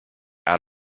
out